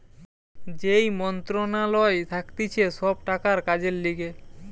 যেই মন্ত্রণালয় থাকতিছে সব টাকার কাজের লিগে